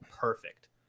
perfect